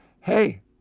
hey